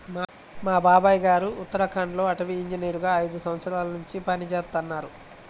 మా బాబాయ్ గారు ఉత్తరాఖండ్ లో అటవీ ఇంజనీరుగా ఐదు సంవత్సరాల్నుంచి పనిజేత్తన్నారు